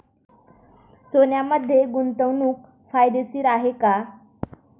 सोन्यामध्ये गुंतवणूक फायदेशीर आहे का?